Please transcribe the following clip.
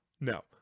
No